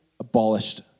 Abolished